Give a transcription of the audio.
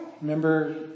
remember